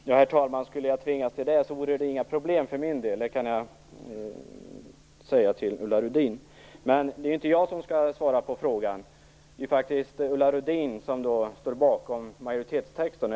Herr talman! Om jag skulle tvingas till detta, vore det inga problem. Men det är inte jag som skall svara på frågor. Det är faktiskt Ulla Rudin som står bakom majoritetstexten.